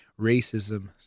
racism